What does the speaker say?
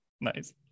nice